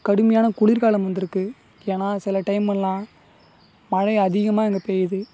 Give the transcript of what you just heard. கடுமையான குளிர்காலம் வந்துருக்குது ஏன்னால் சில டைம்மெல்லாம் மழை அதிகமாக இங்கே பெய்யுது